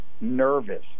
nervous